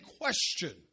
question